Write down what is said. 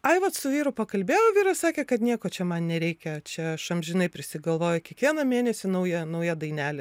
ai vat su vyru pakalbėjau vyras sakė kad nieko čia man nereikia čia aš amžinai prisigalvoju kiekvieną mėnesį nauja nauja dainelė